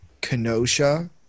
Kenosha